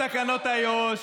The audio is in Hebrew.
תתקעו את תקנות איו"ש,